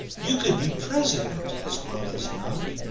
you could be president as well as not,